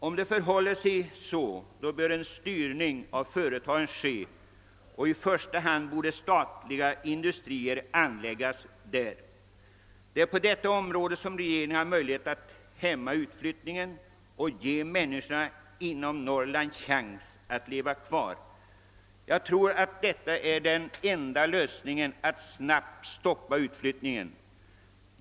Om det förhåller sig så, bör en styrning av företagen ske, och i första hand bör statliga industrier anläggas där. På detta sätt har regeringen en möjlighet att hämma utflyttningen och ge människorna i Norrland en chans att leva kvar. Jag tror att detta är den enda metoden att snabbt stoppa utflyttningen.